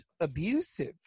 abusive